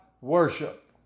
worship